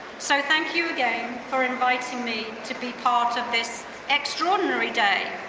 so thank you again, for inviting me to be part of this extraordinary day.